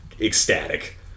ecstatic